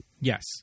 Yes